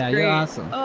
ah you're awesome!